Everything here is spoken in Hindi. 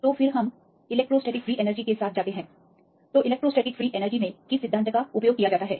तो फिर हम इलेक्ट्रोस्टैटिक फ्री एनर्जी के साथ चलते हैं तो इलेक्ट्रोस्टैटिक फ्री एनर्जी में किस सिद्धांत का उपयोग किया जाता है